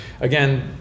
again